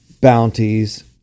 bounties